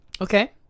Okay